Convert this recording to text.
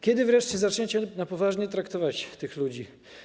Kiedy wreszcie zaczniecie poważnie traktować tych ludzi?